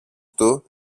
του